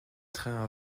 train